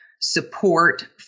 support